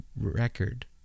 record